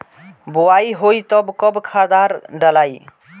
बोआई होई तब कब खादार डालाई?